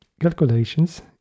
Calculations